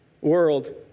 world